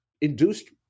induced